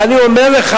ואני אומר לך,